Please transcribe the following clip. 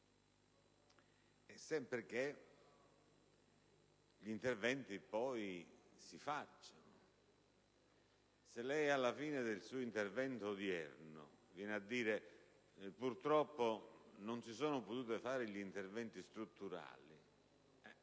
e sempre che gli interventi poi si facciano, perché, se alla fine del suo intervento odierno lei dice che purtroppo non si sono potuti fare gli interventi strutturali,